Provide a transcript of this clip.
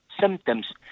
symptoms